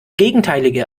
gegenteilige